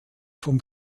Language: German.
vom